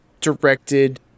directed